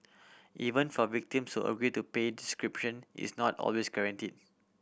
even for victims who agree to pay decryption is not always guarantees